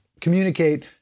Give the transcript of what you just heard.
communicate